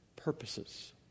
purposes